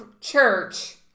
church